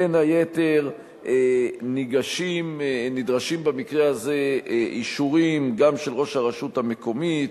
בין היתר נדרשים במקרה הזה אישורים גם של ראש הרשות המקומית,